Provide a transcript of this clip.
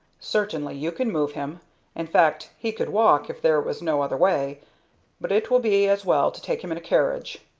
certainly you can move him in fact, he could walk if there was no other way but it will be as well to take him in a carriage.